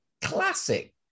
classic